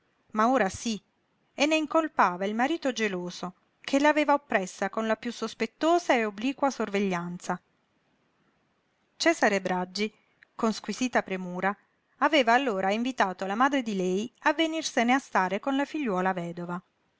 ma ora sí e ne incolpava il marito geloso che l'aveva oppressa con la piú sospettosa e obliqua sorveglianza cesare braggi con squisita premura aveva allora invitato la madre di lei a venirsene a stare con la figliuola vedova